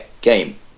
game